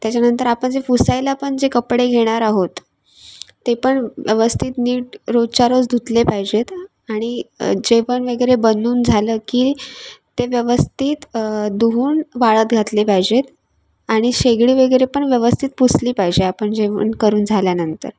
त्याच्यानंतर आपण जे पुसायला पण जे कपडे घेणार आहोत ते पण व्यवस्थित नीट रोजच्या रोज धुतले पाहिजेत आणि जेवण वगैरे बनवून झालं की ते व्यवस्थित धुवून वाळत घातले पाहिजेत आणि शेगडी वगैरे पण व्यवस्थित पुसली पाहिजे आपण जेवण करून झाल्यानंतर